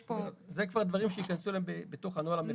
זה כבר דברים שייכנסו בתוך הנוהל המפורט,